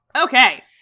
Okay